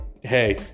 hey